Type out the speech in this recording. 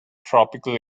tropical